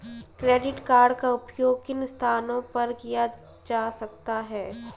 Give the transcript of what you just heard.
Credit card का उपयोग किन स्थानों पर किया जा सकता है?